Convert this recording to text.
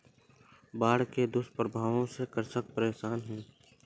बाढ़ के दुष्प्रभावों से कृषक परेशान है